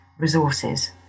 resources